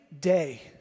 day